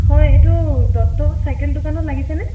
হয় এইটো দত্ত চাইকেল দোকানত লাগিছেনে